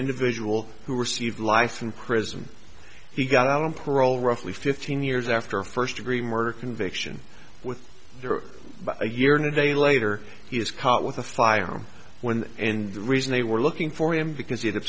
individual who received life in prison he got out on parole roughly fifteen years after a first degree murder conviction with there were a year and a day later he was caught with a firearm when and the reason they were looking for him because the